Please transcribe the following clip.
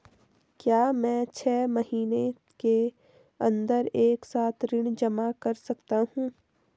क्या मैं छः महीने के अन्दर एक साथ ऋण जमा कर सकता हूँ?